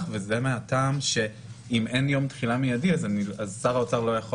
וזה מהטעם שאם אין יום תחילה מיידי אז שר האוצר לא יכול